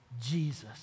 Jesus